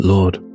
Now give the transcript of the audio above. Lord